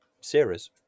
series